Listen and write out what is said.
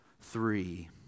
three